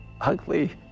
ugly